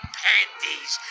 panties